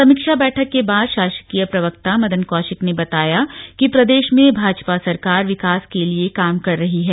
समीक्षा बैठक के बाद शासकीय प्रवक्ता मदन कौशिक ने बताया कि प्रदेश में भाजपा सरकार विकास के लिए काम कर रही है